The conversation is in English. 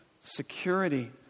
security